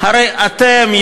הרי אתם,